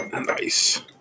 Nice